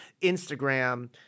Instagram